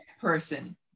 person